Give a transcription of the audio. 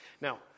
Now